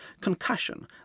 concussion